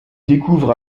découvrent